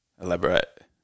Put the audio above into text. Elaborate